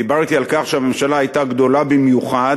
דיברתי על כך שהממשלה הייתה גדולה במיוחד